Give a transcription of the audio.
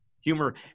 humor